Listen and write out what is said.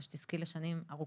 ושתזכי לשנים ארוכות,